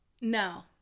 No